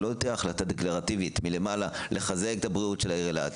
שלא תהיה החלטה דקלרטיבית מלמעלה לחזק את בריאות העיר אילת,